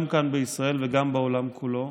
גם כאן בישראל וגם בעולם כולו,